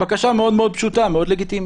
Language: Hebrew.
בקשה מאוד מאוד פשוטה, מאוד לגיטימית.